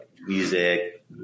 music